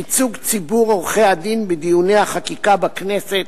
ייצוג ציבור עורכי-הדין בדיוני החקיקה בכנסת,